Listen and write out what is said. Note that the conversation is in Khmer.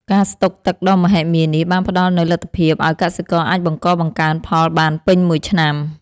ការស្តុកទឹកដ៏មហិមានេះបានផ្ដល់នូវលទ្ធភាពឱ្យកសិករអាចបង្កបង្កើនផលបានពេញមួយឆ្នាំ។